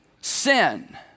sin